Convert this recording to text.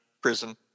prison